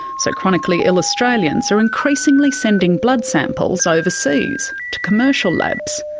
so chronically ill australians are increasingly sending blood samples overseas to commercial labs.